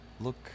look